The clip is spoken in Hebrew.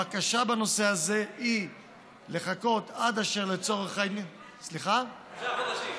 הבקשה בנושא הזה היא לחכות עד אשר, תשעה חודשים.